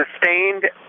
sustained